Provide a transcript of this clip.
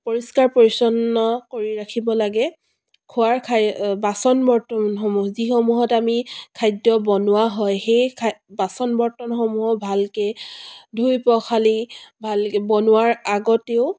পৰিষ্কাৰ পৰিচ্ছন্ন কৰি ৰাখিব লাগে খোৱাৰ খাই বাচন বৰ্তনসমূহ যিসমূহত আমি খাদ্য বনোৱা হয় সেই খা বাচন বৰ্তনসমূহো ভালকৈ ধুই পখালি ভালকৈ বনোৱাৰ আগতেও